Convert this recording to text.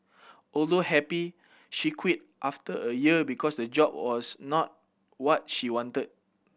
although happy she quit after a year because the job was not what she wanted